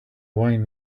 wine